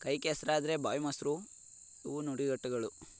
ಕೈ ಕೆಸರಾದ್ರೆ ಬಾಯಿ ಮೊಸರು ಇವು ನುಡಿಗಟ್ಟುಗಳು